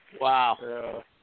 Wow